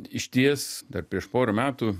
išties dar prieš porą metų